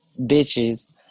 bitches